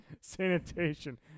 sanitation